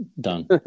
Done